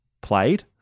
played